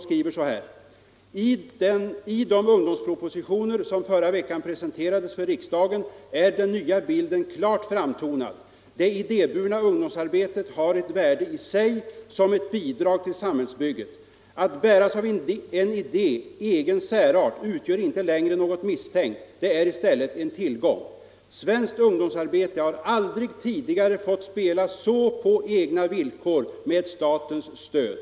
Där står: ”I de ungdomspropositioner, som förra veckan presenterades för riksdagen, är den nya bilden klart framtonad: Det idéburna ungdomsarbetet har ett värde i sig som ett bidrag till samhällsbygget. Att bäras av en idé, egen särart, utgör inte längre något misstänkt — det är i stället en tillgång. -—-- Svenskt ungdomsarbete har aldrig tidigare fått spela så på egna villkor med statens stöd!